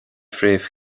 fréamh